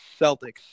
Celtics